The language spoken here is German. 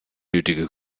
nötige